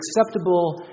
acceptable